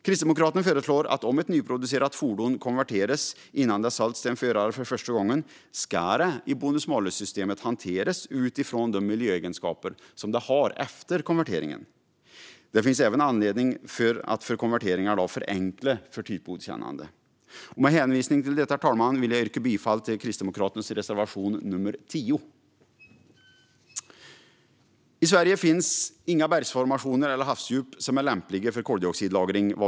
Kristdemokraterna föreslår att om ett nyproducerat fordon konverteras innan det sålts till en förare för första gången ska det i bonus-malus-systemet hanteras utifrån de miljöegenskaper som det har efter konverteringen. Det finns även anledning att förenkla typgodkännande för konverteringar. Med hänvisning till detta, herr talman, yrkar jag bifall till Kristdemokraternas reservation nummer 10. I Sverige finns det vad vi vet i dag inga bergsformationer eller havsdjup som är lämpliga för koldioxidlagring.